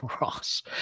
Ross